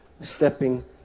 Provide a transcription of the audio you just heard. stepping